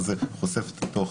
זה חושף את התוכן.